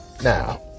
Now